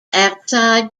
outside